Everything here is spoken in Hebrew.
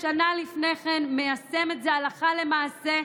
שנה לפני כן מיישם את זה הלכה למעשה,